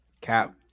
cap